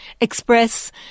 express